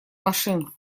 машин